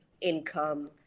income